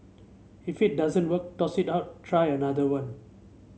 if it doesn't work toss it out try another one